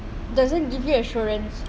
doesn't give reassurance